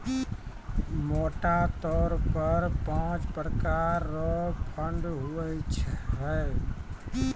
मोटा तौर पर पाँच प्रकार रो फंड हुवै छै